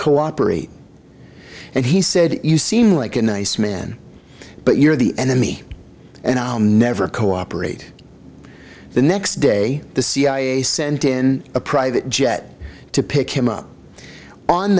cooperate and he said you seem like a nice man but you're the enemy and i'll never cooperate the next day the cia sent in a private jet to pick him up on